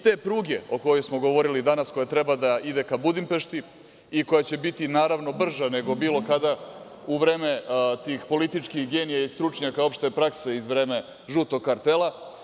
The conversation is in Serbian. Ta pruga o kojoj smo govorili danas, da treba da ide ka Budimpešti, biće brža nego bilo kada u vreme tih političkih genija i stručnjaka opšte prakse iz vremena žutog kartela.